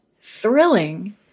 thrilling